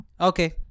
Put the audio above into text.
Okay